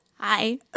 Hi